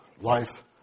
life